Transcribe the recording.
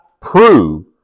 prove